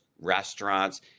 restaurants